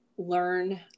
learn